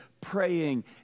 praying